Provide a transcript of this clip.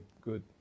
good